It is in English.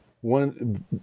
One